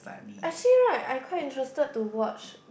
actually right I quite interested to watch